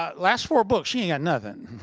ah last four books, she ain't got nothin'.